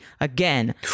again